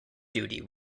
duty